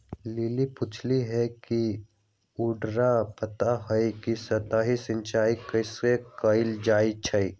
lily पुछलई ह कि रउरा पता हई कि सतही सिंचाई कइसे कैल जाई छई